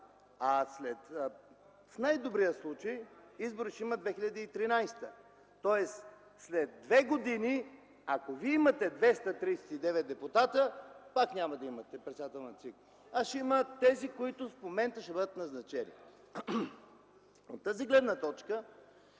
В най-добрият случай, избори ще има през 2013 г. След две години, ако вие имате 239 депутата, пак няма да имате председател на ЦИК, а ще имат – тези, които в момента ще бъдат назначени. От тази гледна точка